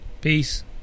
Peace